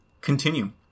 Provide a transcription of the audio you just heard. continue